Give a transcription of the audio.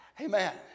Amen